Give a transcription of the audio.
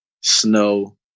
snow